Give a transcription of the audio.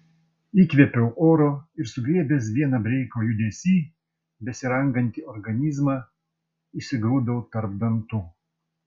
įkvėpiau oro ir sugriebęs vieną breiko judesy besirangantį organizmą įsigrūdau tarp dantų